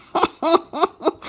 oh,